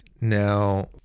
Now